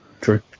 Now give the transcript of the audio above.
True